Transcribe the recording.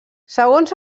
segons